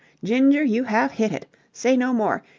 ginger, you have hit it. say no more.